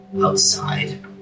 outside